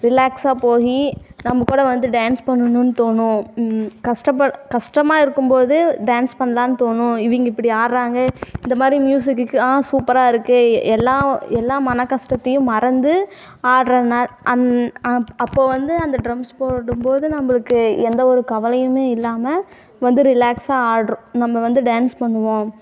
ரிலாக்ஸாக போய் நம்ம கூட வந்து டான்ஸ் பண்ணணுன்னு தோணும் கஷ்டபட் கஷ்டமா இருக்கும்போது டான்ஸ் பண்ணலானு தோணும் இவங்க இப்படி ஆடுறாங்க இந்த மாதிரி மியூசிக்கு ஆ சூப்பராக இருக்குது எல்லா எல்லா மன கஷ்டத்தையும் மறந்து ஆடுறனா அந் அப் அப்போது வந்து அந்த ட்ரம்ஸ் போடும்போது நம்மளுக்கு எந்தவொரு கவலையுமே இல்லாமல் வந்து ரிலாக்ஸாக ஆடுறோம் நம்ம வந்து டான்ஸ் பண்ணுவோம்